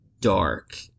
dark